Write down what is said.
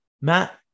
Matt